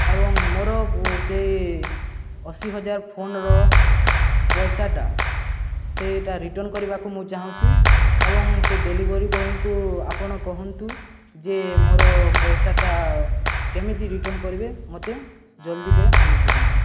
ଏବଂ ମୋର ସେଇ ଅଶୀ ହଜାର ଫୋନ୍ର ପଇସାଟା ସେଇଟା ରିଟର୍ଣ୍ଣ କରିବାକୁ ମୁଁ ଚାହୁଁଛି ଏବଂ ସେ ଡେଲିଭରି ବୟଙ୍କୁ ଆପଣ କହନ୍ତୁ ଯେ ମୋର ପଇସାଟା କେମିତି ରିଟର୍ଣ୍ଣ କରିବେ ମୋତେ ଜଲ୍ଦି କରି ଆଣିଦିଅନ୍ତୁ